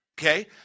Okay